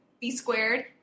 B-squared